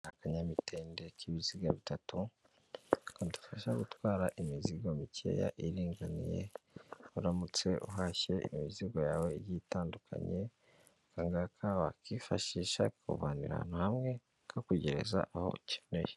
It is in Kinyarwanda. Akanyamitende k'ibiziga bitatu kadufasha gutwara imizigo mikeya iringaniye. Uramutse uhashye imizigo yawe igiye itandukanye, akangaka wakifashisha kakuvanira ahantu hamwe kakugereza aho ukeneye.